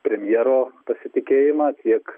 premjero pasitikėjimą tiek